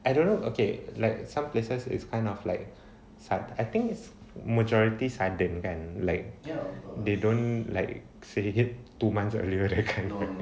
I don't know okay like some places is kind of like sud~ I think is majority sudden kind like they don't like say it two months earlier that kind at a candidate for a week before ya